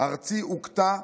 ארצי הוכתה,